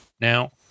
Now